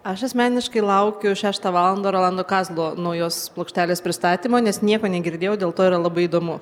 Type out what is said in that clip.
aš asmeniškai laukiu šeštą valandą rolando kazlo naujos plokštelės pristatymo nes nieko negirdėjau dėl to yra labai įdomu